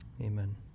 Amen